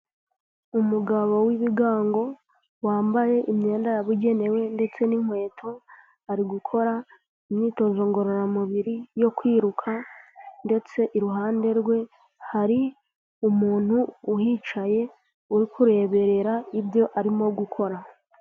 Umugabo w'ibigango wambaye imyenda yabugenewe ndetse n'inkweto, ari gukora imyitozo ngororamubiri yo kwiruka ndetse iruhande rwe hari umuntu uhicaye urikureberera ibyo arimo gukora.